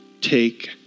take